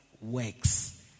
works